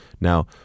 Now